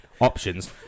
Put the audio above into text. options